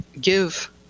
give